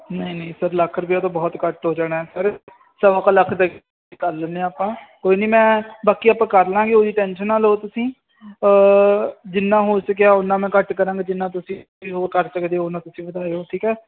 ਨਹੀਂ ਨਹੀਂ ਸਰ ਲੱਖ ਰੁਪਇਆ ਤਾਂ ਬਹੁਤ ਘੱਟ ਹੋ ਜਾਣਾ ਸਰ ਸਵਾ ਕੁ ਲੱਖ ਚਲੋ ਕਰ ਲੈਂਦੇ ਆਪਾਂ ਕੋਈ ਨਹੀਂ ਮੈਂ ਬਾਕੀ ਆਪਾਂ ਕਰ ਲਾਂਗੇ ਉਹ ਦੀ ਟੈਂਸ਼ਨ ਨਾ ਲਓ ਤੁਸੀਂ ਜਿੰਨਾ ਹੋ ਚੁੱਕਿਆ ਉੱਨਾਂ ਮੈਂ ਘੱਟ ਕਰਾਂਗਾ ਜਿੰਨਾ ਤੁਸੀਂ ਵੀ ਹੋਰ ਕਰ ਸਕਦੇ ਹੋ ਉੱਨਾਂ ਤੁਸੀਂ ਵਧਾਇਓ ਠੀਕ ਹੈ